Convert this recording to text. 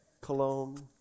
Cologne